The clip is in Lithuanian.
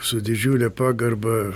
su didžiule pagarba